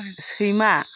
सैमा